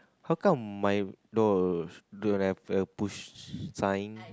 how come my door don't have a push sign